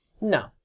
No